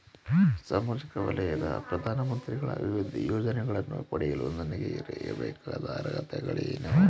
ಸಾಮಾಜಿಕ ವಲಯದ ಪ್ರಧಾನ ಮಂತ್ರಿಗಳ ವಿವಿಧ ಯೋಜನೆಗಳನ್ನು ಪಡೆಯಲು ನನಗೆ ಇರಬೇಕಾದ ಅರ್ಹತೆಗಳೇನು?